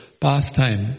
pastime